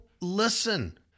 listen